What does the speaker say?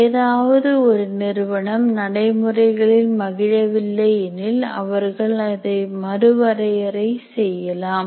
ஏதாவது ஒரு நிறுவனம் நடைமுறைகளில் மகிழவில்லை எனில் அவர்கள் அதை மறு வரையறை செய்யலாம்